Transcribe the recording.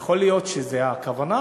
יכול להיות שזאת הכוונה,